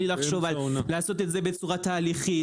בלי לחשוב על לעשות את זה בצורה תהליכית